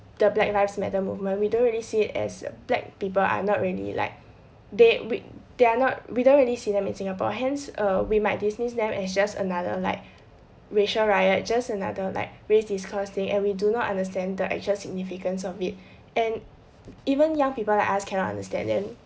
the black lives matter movement we don't really see it as black people are not really like they we they are not we don't really see them in singapore hence uh we might dismiss them as just another like racial riot just another like race and we do not understand the actual significance of it and even young people like us cannot understand them